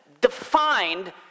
defined